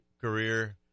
career